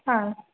ಹಾಂ